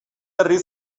herri